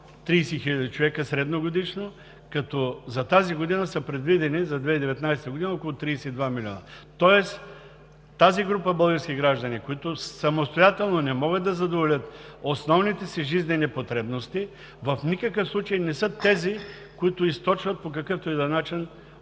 30 хиляди човека средногодишно, като за 2019 г. са предвидени около 32 милиона. Тоест тази група български граждани, които самостоятелно не могат да задоволят основните си жизнени потребности, в никакъв случай не са тези, които източват по какъвто и да е начин